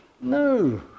No